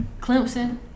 Clemson